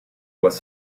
was